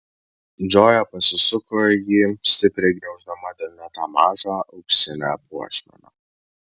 džoja pasisuko į jį stipriai gniauždama delne tą mažą auksinę puošmeną